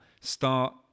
start